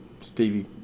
Stevie